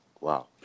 wow